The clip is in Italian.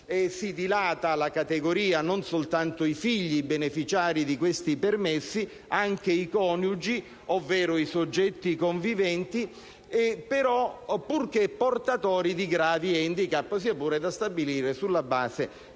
Si dilata la categoria: non sono solo i figli i beneficiari di questi permessi, ma anche i coniugi, ovvero i soggetti conviventi, purché portatori di gravi *handicap*, sia pure da stabilire sulla base